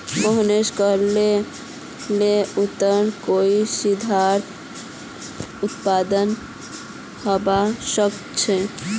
मोहनीश कहले जे उत्तोलन कई स्थितित उत्पन्न हबा सख छ